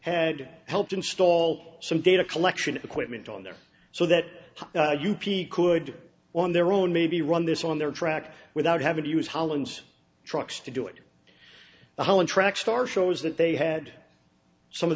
had helped install some data collection equipment on there so that you could on their own maybe run this on their track without having to use hollands trucks to do it the holland track star shows that they had some of